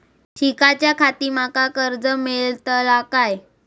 शिकाच्याखाती माका कर्ज मेलतळा काय?